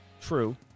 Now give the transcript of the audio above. True